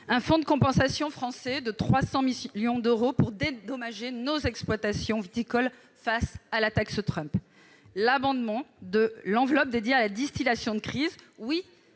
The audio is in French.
un fonds de compensation français de 300 millions d'euros pour dédommager nos exploitations viticoles face à la taxe Trump ; l'abondement de l'enveloppe dédiée à la distillation de crise ;